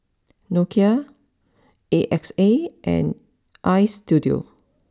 Nokia A X A and Istudio